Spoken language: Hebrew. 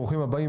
ברוכים הבאים,